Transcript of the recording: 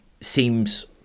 seems